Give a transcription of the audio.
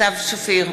סתיו שפיר,